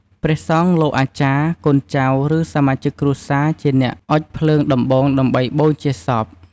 ព្រះសង្ឃ លោកអាចារ្យ កូនចៅ ឬសមាជិកគ្រួសារជាអ្នកអុជភ្លើងដំបូងដើម្បីបូជាសព។